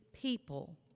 people